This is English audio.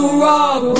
rock